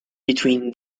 between